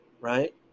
right